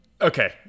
Okay